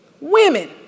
women